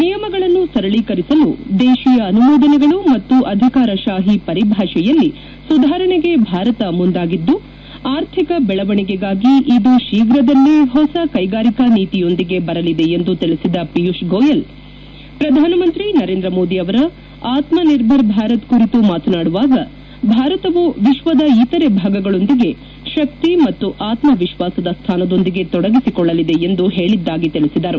ನಿಯಮಗಳನ್ನು ಸರಳೀಕರಿಸಲು ದೇಶೀಯ ಅನುಮೋದನೆಗಳು ಮತ್ತು ಅಧಿಕಾರ ಶಾಹಿ ವರಿಭಾಷೆಯಲ್ಲಿ ಸುಧಾರಣೆಗೆ ಭಾರತ ಮುಂದಾಗಿದ್ದು ಆರ್ಥಿಕ ಬೆಳವಣಿಗೆಗಾಗಿ ಇದು ಶೀಘ್ರದಲ್ಲೇ ಹೊಸ ಕೈಗಾರಿಕಾ ನೀತಿಯೊಂದಿಗೆ ಬರಲಿದೆ ಎಂದು ತಿಳಿಸಿದ ಪಿಯೂಷ್ ಗೋಯಲ್ ಪ್ರಧಾನ ಮಂತ್ರಿ ನರೇಂದ್ರ ಮೋದಿ ಅವರ ಆತ್ಮನಿರ್ಭರ್ ಭಾರತ್ ಕುರಿತು ಮಾತನಾಡುವಾಗ ಭಾರತವು ವಿಶ್ವದ ಇತರೆ ಭಾಗಗಳೊಂದಿಗೆ ಶಕ್ತಿ ಮತ್ತು ಆತ್ಮವಿಶ್ವಾಸದ ಸ್ಥಾನದೊಂದಿಗೆ ತೊಡಗಿಸಿಕೊಳ್ಳಲಿದೆ ಎಂದು ಹೇಳಿದ್ದಾಗಿ ತಿಳಿಸಿದರು